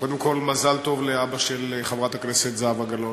קודם כול, מזל טוב לאבא של חברת הכנסת זהבה גלאון.